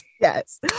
Yes